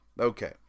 Okay